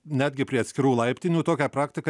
netgi prie atskirų laiptinių tokią praktiką